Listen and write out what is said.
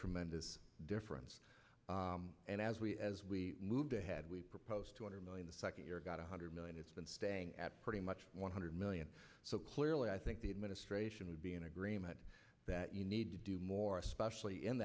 tremendous difference and as we as we move ahead we proposed two hundred million the second one hundred million it's been staying at pretty much one hundred million so clearly i think the administration would be in agreement that you need to do more especially in